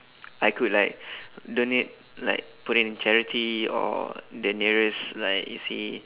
I could like donate like put it in charity or the nearest like you see